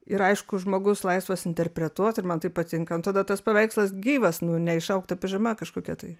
ir aišku žmogus laisvas interpretuot ir man tai patinka nu tada tas paveikslas gyvas nu ne išaugta pižama kažkokia tai